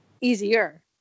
Easier